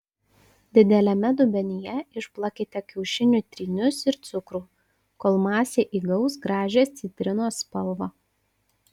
dideliame dubenyje išplakite kiaušinių trynius ir cukrų kol masė įgaus gražią citrinos spalvą